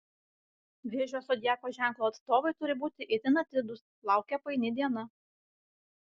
vėžio zodiako ženklo atstovai turi būti itin atidūs laukia paini diena